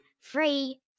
Free